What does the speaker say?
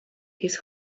his